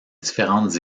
différentes